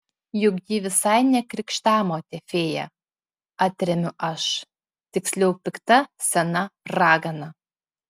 juk ji visai ne krikštamotė fėja atremiu aš tiksliau pikta sena ragana